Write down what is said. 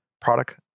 product